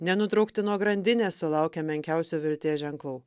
nenutrūkti nuo grandinės sulaukę menkiausių vilties ženklų